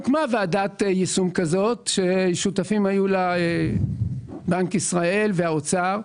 הוקמה ועדת יישום כזאת שהיו שותפים לה בנק ישראל והאוצר.